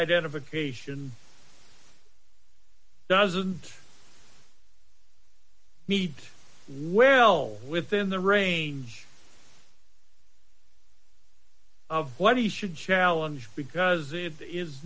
identification doesn't need will within the range of what he should challenge because it is